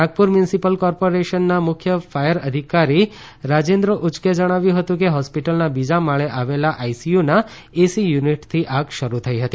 Nagpur municipal corporation NMC ના મુખ્ય fire અધિકારી રાજેન્દ્ર ઉચકેએ જણાવ્યું હતું કે હોસ્પીટલના બીજા માળે આવેલા આઈસીયુના એસી યુનિટથી આગ શરૂ થથી હતી